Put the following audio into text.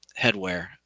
headwear